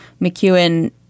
McEwen